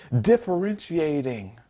differentiating